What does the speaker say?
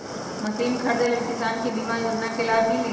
Machine खरीदे ले किसान के बीमा योजना के लाभ मिली?